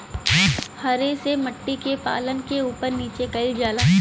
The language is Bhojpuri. हरे से मट्टी के पलट के उपर नीचे कइल जाला